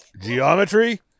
Geometry